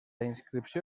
inscripció